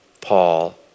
Paul